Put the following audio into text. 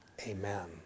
Amen